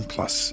Plus